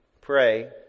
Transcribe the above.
Pray